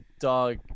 dog